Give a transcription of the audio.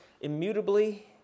immutably